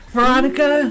Veronica